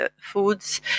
foods